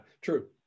True